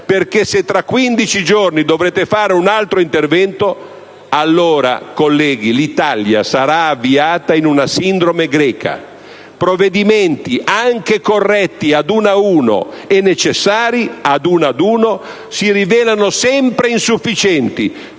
perché se tra 15 giorni dovrete fare un altro intervento, allora l'Italia sarà avviata in una sindrome greca: provvedimenti, anche corretti, ad uno ad uno, e necessari, ad uno ad uno, si rivelano sempre insufficienti,